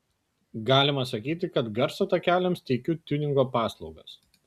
galima sakyti kad garso takeliams teikiu tiuningo paslaugas